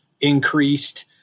increased